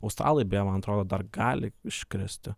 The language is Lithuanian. australai beje man atrodo dar gali iškristi